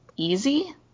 easy